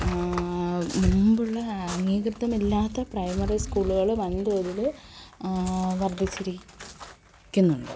മുമ്പുള്ള അംഗീകൃതമില്ലാത്ത പ്രൈമറി സ്കൂളുകള് വൻ തോതില് വർധിച്ചിരിക്കുന്നുണ്ട്